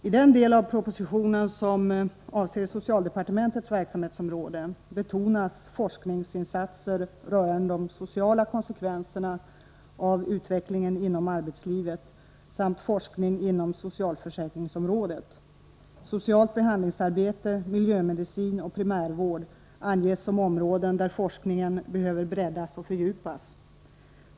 I den del av propositionen som avser socialdepartementets verksamhetsområde betonas forskningsinsatser rörande de sociala konsekvenserna av utvecklingen inom arbetslivet samt forskning inom socialförsäkringsområdet. Socialt behandlingsarbete, miljömedicin och primärvård anges som områden där forskningen behöver breddas och fördjupas.